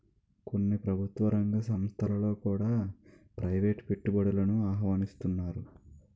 కొన్ని ప్రభుత్వ రంగ సంస్థలలో కూడా ప్రైవేటు పెట్టుబడులను ఆహ్వానిస్తన్నారు